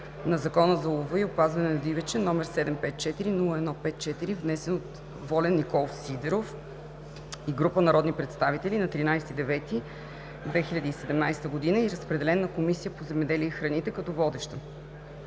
на Закона за лова и опазване на дивеча, № 754-01-54, внесен от Волен Николов Сидеров и група народни представители на 13 септември 2017 г. и разпределен на Комисията по земеделието и храните като водеща.